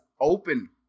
open